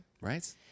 Right